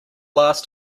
last